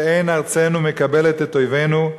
שאין ארצנו מקבלת את אויבינו,